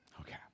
Okay